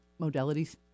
modalities